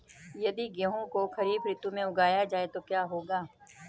यदि गेहूँ को खरीफ ऋतु में उगाया जाए तो क्या होगा?